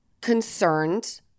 concerned